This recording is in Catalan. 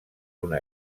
una